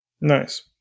nice